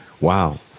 Wow